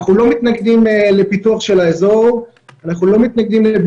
אנחנו לא מתנגדים לפיתוח של האזור או לבנייה.